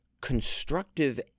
constructive